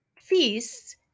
feasts